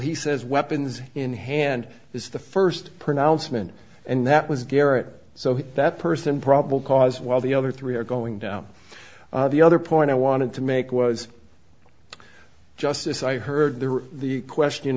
he says weapons in hand is the first pronouncement and that was garrett so that person probable cause while the other three are going down the other point i wanted to make was just as i heard there were the question